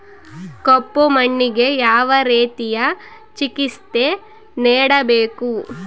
ಕಪ್ಪು ಮಣ್ಣಿಗೆ ಯಾವ ರೇತಿಯ ಚಿಕಿತ್ಸೆ ನೇಡಬೇಕು?